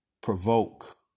provoke